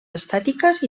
estàtiques